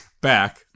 back